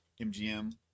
MGM